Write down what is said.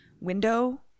window